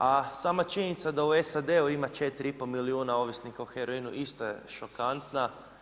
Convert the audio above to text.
A sama činjenica da u SAD-u ima 4 i pol milijuna ovisnika o heroinu isto je šokantna.